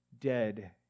dead